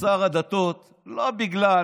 שר הדתות, לא רק בגלל